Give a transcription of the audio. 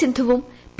സിന്ധുവും പി